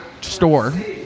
store